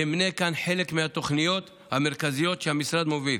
אמנה כאן חלק מהתוכניות המרכזיות שהמשרד מוביל.